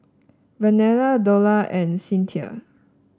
Vernelle Dola and Cinthia